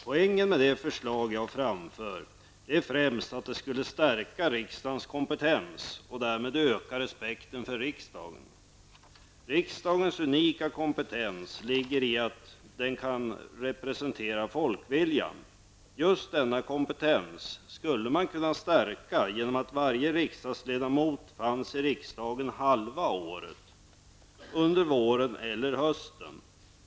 Poängen med det förslag jag framför är främst att det skulle stärka riksdagens kompetens och därmed öka respekten för riksdagen. Riksdagens unika kompetens ligger i att den kan representera folkviljan. Just denna kompetens skulle man kunna stärka genom att varje riksdagsledamot fanns i riksdagen halva året -- under våren eller hösten.